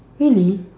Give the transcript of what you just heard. really